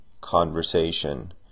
conversation